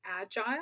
agile